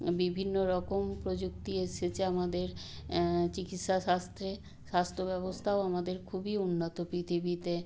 বিভিন্ন রকম প্রযুক্তি এসেছে আমাদের চিকিৎসা শাস্ত্রে স্বাস্থ্য ব্যবস্থাও আমাদের খুবই উন্নত পৃথিবীতে